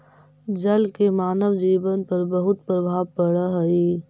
जल के मानव जीवन पर बहुत प्रभाव पड़ऽ हई